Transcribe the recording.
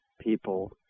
people